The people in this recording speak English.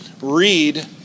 read